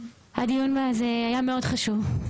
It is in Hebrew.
הדיון הזה היה מאוד חשוב.